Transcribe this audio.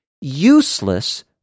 useless